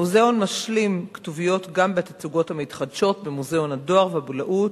המוזיאון משלים כתוביות גם בתצוגות המתחדשות במוזיאון הדואר והבולאות,